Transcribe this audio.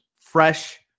fresh